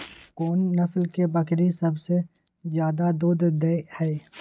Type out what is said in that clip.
कोन नस्ल के बकरी सबसे ज्यादा दूध दय हय?